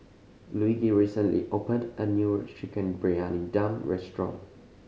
Luigi recently opened a new Chicken Briyani Dum restaurant